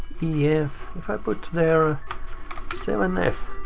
yeah ef, if i put there a seven f.